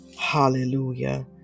Hallelujah